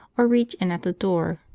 or reach in at the door,